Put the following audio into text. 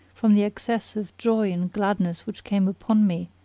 from the excess of joy and gladness which came upon me,